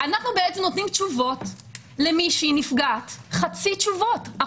אנחנו נותנים לנפגעת חצי תשובות.